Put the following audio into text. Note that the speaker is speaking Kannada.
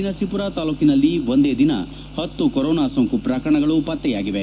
ನರಸಿಪುರ ತಾಲೂಕಿನಲ್ಲಿ ಒಂದೇ ದಿನ ಹತ್ತು ಕೊರೊನಾ ಸೋಂಕು ಪ್ರಕರಣಗಳು ಪತ್ತೆಯಾಗಿವೆ